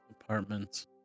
apartments